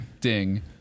ding